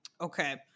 Okay